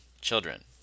children